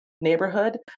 neighborhood